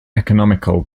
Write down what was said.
economical